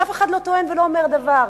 אז אף אחד לא טוען ולא אומר דבר.